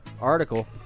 article